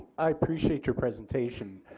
i appreciate your presentation.